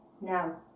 now